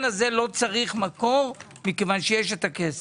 הזה לא צריך מקור מכיוון שיש הכסף.